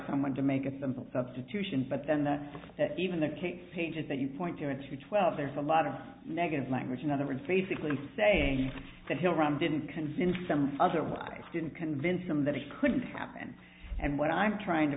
someone to make a simple substitution but then that's that even the case pages that you point to are untrue twelve there's a lot of negative language in other words basically saying that hill rom didn't convince them otherwise didn't convince them that it couldn't happen and what i'm trying to